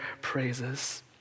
praises